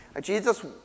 Jesus